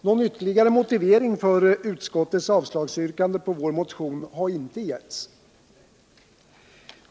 Någon vtterligare motivering för avslagsyrkandet på vår motion har inte givits.